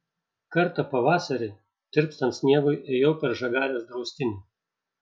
kartą pavasarį tirpstant sniegui ėjau per žagarės draustinį